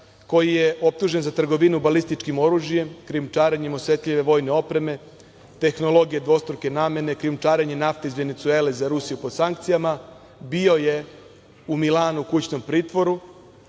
koji je optužen za trgovinu balističkih oružjem, krijumčarenjem osetljive vojne opreme, tehnologije dvostruke namene, krijumčarenje nafte iz Venecuele za Rusiju pod sankcijama? Bio je u Milanu u kućnom pritvoru.